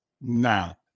now